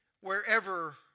wherever